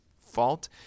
fault